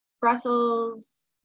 Brussels